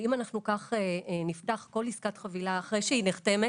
ואם אנחנו כך נפתח כל עסקת חבילה אחרי שהיא נחתמת